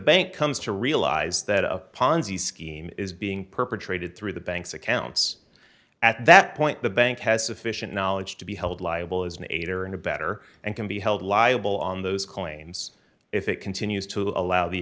bank comes to realize that a ponzi scheme is being perpetrated through the banks accounts at that point the bank has sufficient knowledge to be held liable as an aider and abettor and can be held liable on those claims if it continues to allow the